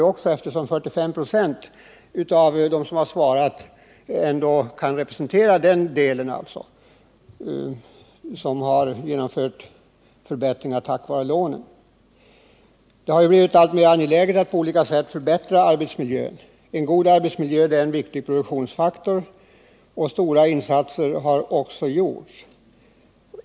45 96 av dem som har lämnat svar till utredningen kan representera de företag som har genomfört förbättringar tack Vare lånen. Det har ju blivit alltmer angeläget att på olika sätt förbättra arbetsmiljön. En god miljö är en viktig produktionsfaktor, och stora insatser har också gjorts.